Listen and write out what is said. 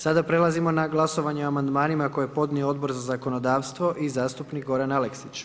Sada prelazimo na glasovanje o amandmanima koje je podnio Odbor za zakonodavstvo i zastupnik Goran Aleksić.